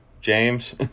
James